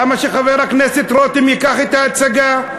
למה שחבר הכנסת רותם ייקח את ההצגה?